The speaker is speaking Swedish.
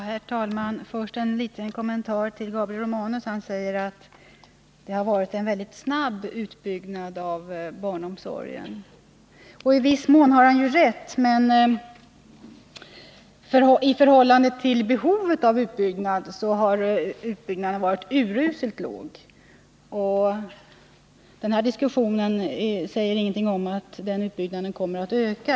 Herr talman! Först en liten kommentar till Gabriel Romanus. Han säger att det har varit en väldigt snabb utbyggnad av barnomsorgen. I viss mån har han ju rätt, men i förhållande till behovet av utbyggnad har utbyggnaden varit uruselt låg. Den här diskussionen säger ingenting om att utbyggnaden kommer att öka.